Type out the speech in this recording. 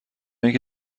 اینکه